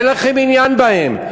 אין לכם עניין בהם.